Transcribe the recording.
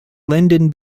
lyndon